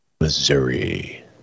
Missouri